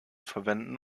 verwenden